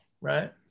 Right